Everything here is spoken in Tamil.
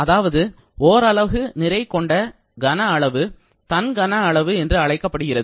அதாவது ஓரலகு நிறை கொண்ட கன அளவு தன் கன அளவு என்று அழைக்கப்படுகிறது